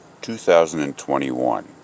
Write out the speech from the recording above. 2021